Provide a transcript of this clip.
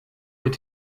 mit